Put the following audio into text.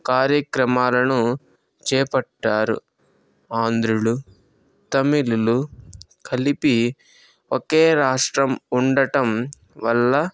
కార్యక్రమాలను చేపట్టారు ఆంధ్రులు తమిళులు కలిపి ఒకే రాష్ట్రం ఉండటం వల్ల